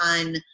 on